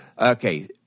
Okay